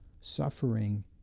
Suffering